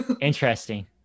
interesting